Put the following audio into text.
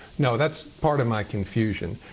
no, that's part of my confusion.